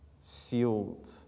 sealed